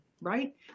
right